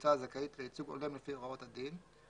קבוצה הזכאית לייצוג הולם לפי הוראות הדין,